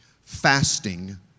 Fasting